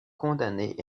condamnés